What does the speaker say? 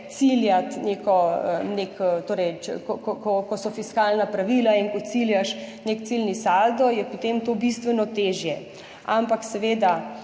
ciljati, ko so fiskalna pravila in ko ciljaš nek ciljni saldo, je potem to bistveno težje, ampak seveda